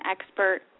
expert